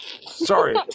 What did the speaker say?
Sorry